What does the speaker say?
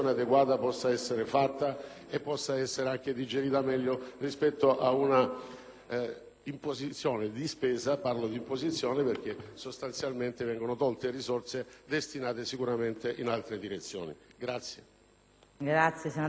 un'imposizione di spesa: parlo di imposizione perché sostanzialmente vengono tolte risorse destinate sicuramente in altre direzioni.